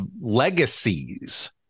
legacies